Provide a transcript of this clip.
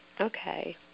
Okay